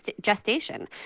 gestation